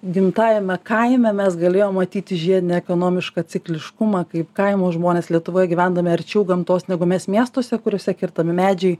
gimtajame kaime mes galėjome matyti žiedinį ekonomišką cikliškumą kaip kaimo žmonės lietuvoje gyvendami arčiau gamtos negu mes miestuose kuriuose kertami medžiai